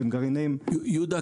שהם גרעינים --- יהודה,